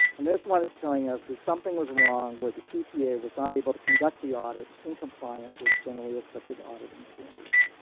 and this one is telling us that something wrong where the cpa was not able to conduct the audit in compliance with generally accepted auditing standards.